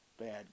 bad